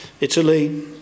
Italy